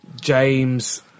James